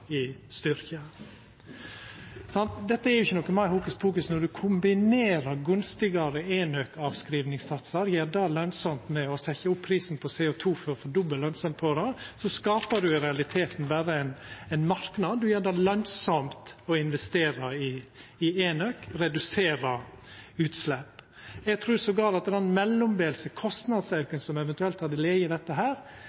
i styrke. Dette er jo ikkje noko meir hokuspokus: Når ein kombinerer gunstigare enøkavskrivingssatsar – gjer det lønsamt – med å setja opp prisen på CO2 for å få dobbel lønsemd på det, så skapar ein i realiteten berre ein marknad; ein gjer det lønsamt å investera i enøk, redusera utslepp. Eg trur til og med at den mellombelse